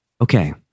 Okay